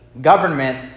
government